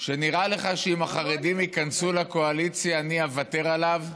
נראה לך שאם החרדים ייכנסו לקואליציה אני אוותר עליו?